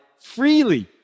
freely